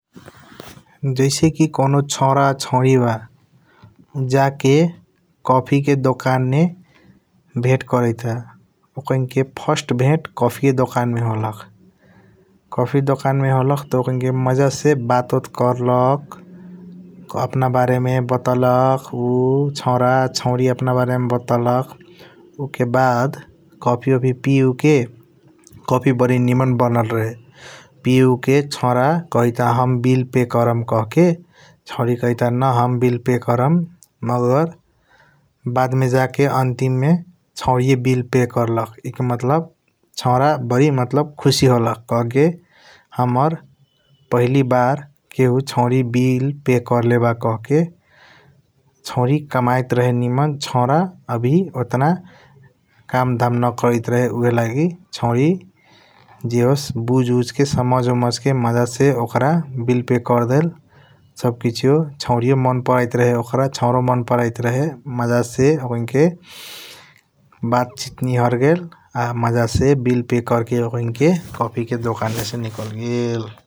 जैसे की कॉनो सौरा सौरी बा जाके कोफी के दोकन मे वेट करैत बा ओकैनक फर्स्ट वेट कोफी के दोकन मे होलख । कोफी दोकन मे होलख त ओकैनके मज़ा से बात ओट करतल्ख अपना बरेमे बतल्ख उ सौर सौरी अपना बरेमे बतल्ख । उ के अब्द कोफी ओफी पी ओके कोफी बारी निमन बनल रहे पिउके उ सौर कहाइट बा हम बिल पे कर्म कहके । सौरी खाइट न हम बिल पे कर्म मगर बदमे जाके अंतिम मे सौरिया बिल पे करलख ईके मतलब सौर बारी खुसी होलख । कहके हाम्रा पहिली बार केहु सौरी बिल पे करले बा कहके सौरी कमाइट रहे निमन सौर आवी ओटन काम धाम न करैत रहे । ऊहएलगी सौरी ज होस बुझ उझा के समझ ओमझा के मज़ा से ओकर बिल पे करडेल सब किसीओ सौरियों मन पराइट रहे ओकर सौरों मन पराइट रहे । मज़ा से ओकैनके बात सीट निहार गेल आ मज़ा से बिल कर के कोफी के दोकन से निकाल गेल ।